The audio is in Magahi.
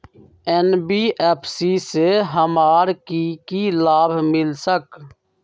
एन.बी.एफ.सी से हमार की की लाभ मिल सक?